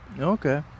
Okay